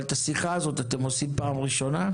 את השיחה הזאת אתם עושים בפעם הראשונה?